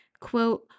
Quote